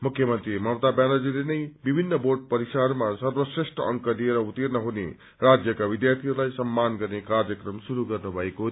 मुख्यमन्त्री ममता व्यानर्जीते नै विभिन्न बोर्ड परीबाहरूमा सर्वश्रेष्ठ अंक लिएर उर्त्तीर्ण हुने राज्यका विध्यार्थीहरूलाई सम्मान गर्ने कार्यक्रम श्रुरू गर्नु भएको थियो